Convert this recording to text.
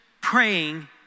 praying